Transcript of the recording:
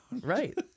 Right